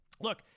look